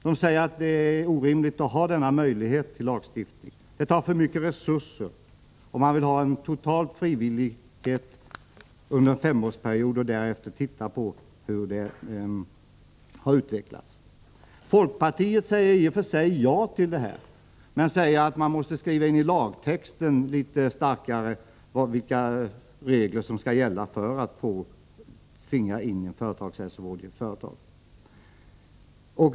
De säger att det är orimligt att ha denna möjlighet i lagstiftningen, att det tar för mycket resurser. Man vill ha en total frivillighet under en femårsperiod, för att därefter se på hur det har utvecklats. Folkpartiet säger i och för sig ja till förslaget, men man säger att det måste skrivas in i lagtexten litet starkare vilka regler som skall gälla för att tvinga in företagshälsovård i ett företag.